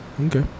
okay